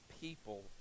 people